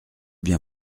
bien